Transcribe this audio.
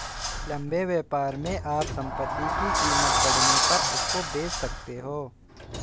लंबे व्यापार में आप संपत्ति की कीमत बढ़ने पर उसको बेच सकते हो